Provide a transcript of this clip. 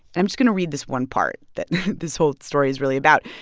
i'm just going to read this one part that this whole story is really about.